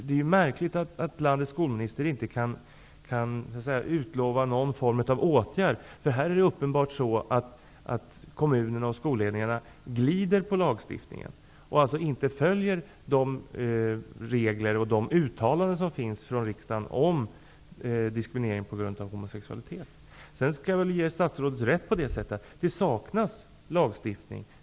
Det är märkligt att landets skolminister inte kan utlova någon form av åtgärd, när kommunerna och skolledningarna uppenbarligen glider på lagstiftningen och alltså inte följer de regler och uttalanden som har kommit från riksdagen angående diskrimininering på grund av homosexualitet. Däremot skall jag ge statsrådet rätt i att det saknas lagstiftning.